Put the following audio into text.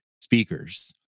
speakers